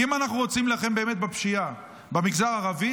אם באמת אנחנו רוצים להילחם בפשיעה במגזר הערבי,